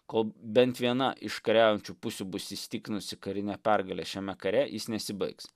kol bent viena iš kariaujančių pusių bus įsitikinusi karine pergale šiame kare jis nesibaigs